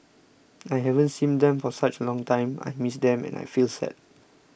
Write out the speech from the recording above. I haven't seen them for such a long time I miss them and I feel sad